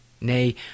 nay